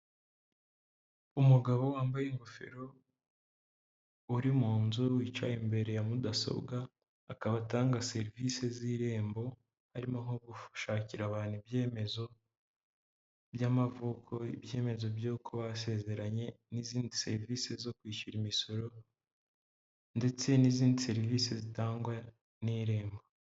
Umugabo wambaye ingofero uri mu nzu wicaye imbere ya mudasobwa, akaba atanga serivise z'Irembo, harimo nko gushakira abantu ibyemezo by'amavuko, ibyemezo by'uko basezeranye, n'izindi serivise zo kwishyura imisoro, ndetse n'izindi serivise zitangwa n'Irembo.